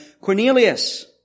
Cornelius